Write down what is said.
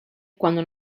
cuando